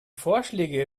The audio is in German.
vorschläge